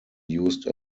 used